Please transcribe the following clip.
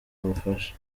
ubufasha